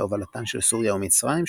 בהובלתן של סוריה ומצרים,